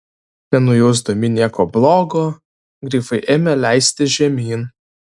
nenujausdami nieko blogo grifai ėmė leistis žemyn